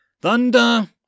Thunder